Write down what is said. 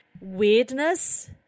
weirdness